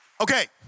Okay